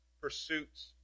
pursuits